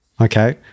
Okay